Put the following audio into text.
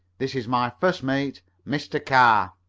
this is my first mate, mr. carr.